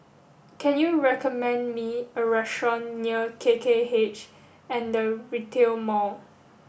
can you recommend me a restaurant near K K H and The Retail Mall